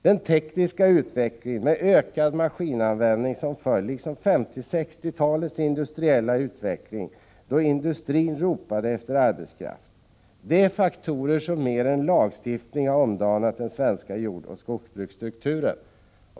Den tekniska utvecklingen, med ökad maskinanvändning som följd, liksom 1950 och 1960-talets industriella utveckling då industrin ropade efter arbetskraft är faktorer som mer än en lagstiftning har omdanat den svenska jordoch skogsbruksstrukturen.